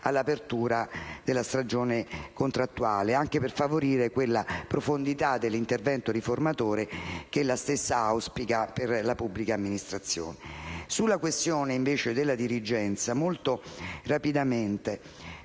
all'apertura della stagione contrattuale, anche per favorire quella profondità dell'intervento riformatore che ella stessa auspica per la pubblica amministrazione. Sulla questione della dirigenza, intervengo molto rapidamente.